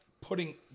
putting